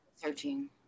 Searching